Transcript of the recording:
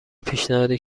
پیشنهادی